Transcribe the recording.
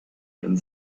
and